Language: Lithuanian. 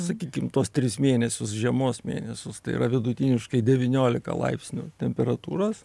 sakykim tuos tris mėnesius žiemos mėnesius tai yra vidutiniškai devyniolika laipsnių temperatūros